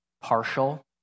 partial